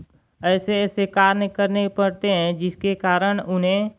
ऐसे ऐसे कार्य करने पड़ते हैं जिसके कारण उन्हें